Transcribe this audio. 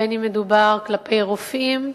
אם מדובר כלפי רופאים,